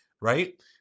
Right